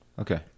Okay